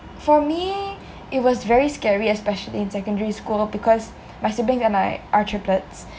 for me it was very scary especially in secondary school because my siblings and I are triplets